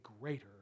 greater